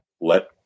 let